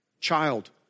child